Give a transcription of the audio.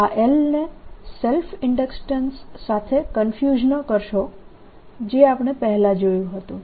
આ L ને self inductance સાથે કન્ફ્યુઝ ન કરશો જે આપણે પહેલા જોયું હતું